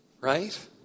Right